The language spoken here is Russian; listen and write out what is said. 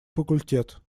факультет